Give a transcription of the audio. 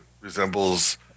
resembles